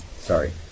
sorry